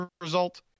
result